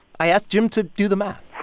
i asked jim to do the math